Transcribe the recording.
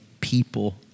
people